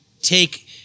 take